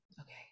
okay